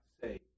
say